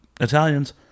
Italians